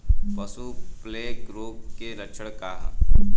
पशु प्लेग रोग के लक्षण का ह?